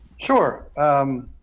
Sure